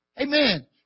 Amen